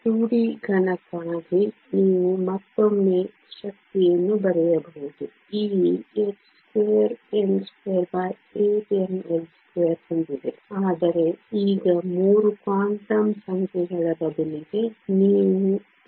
2 D ಘನಕ್ಕಾಗಿ ನೀವು ಮತ್ತೊಮ್ಮೆ ಶಕ್ತಿಯನ್ನು ಬರೆಯಬಹುದು ಇ h2n28mL2 ಹೊಂದಿದೆ ಆದರೆ ಈಗ 3 ಕ್ವಾಂಟಮ್ ಸಂಖ್ಯೆಗಳ ಬದಲಿಗೆ ನೀವು 2nx2nx2